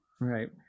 right